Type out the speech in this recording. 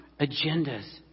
agendas